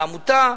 לעמותה.